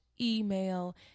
email